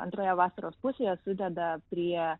antroje vasaros pusėje sudeda prie